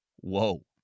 Whoa